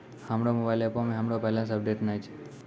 हमरो मोबाइल एपो मे हमरो बैलेंस अपडेट नै छै